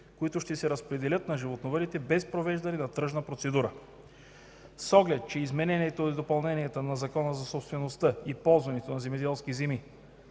които ще се разпределят на животновъдите без провеждане на тръжна процедура. С оглед, че с изменението и допълнението на Закона за собствеността и ползването на земеделски земи